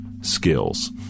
skills